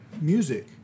music